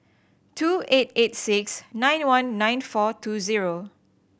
two eight eight six nine one nine four two zero